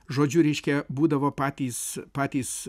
žodžiu reiškia būdavo patys patys